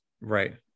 Right